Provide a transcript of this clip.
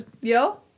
Yo